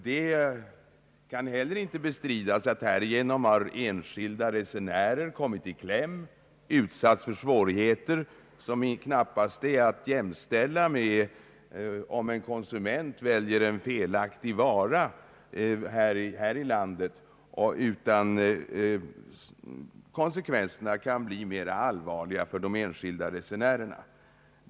Det kan inte heller bestridas att enskilda resenärer härigenom har kommit i kläm, utsatts för svårigheter som knappast är att jämställa med att en konsument väljer en felaktig vara här i landet, utan konsekvenserna kan bli mera allvarliga för de enskilda resenärerna.